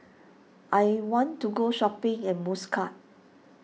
I want to go shopping in Muscat